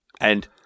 And-